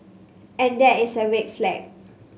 and that is a red flag